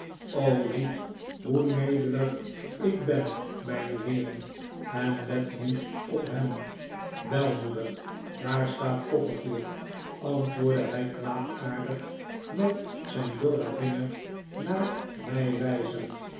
ziet hoe nederig i k ben mijne heeren en let niet op hem wel moeder daar staat copperfield antwoordde hij kwaadaardig met zijn dorren vinger naar mij wijzend